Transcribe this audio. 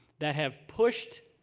that have pushed